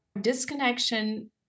disconnection